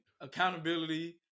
accountability